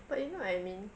but you know what I mean